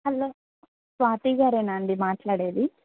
hello Swati గారేనా అండి మాట్లాడేది